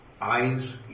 eyes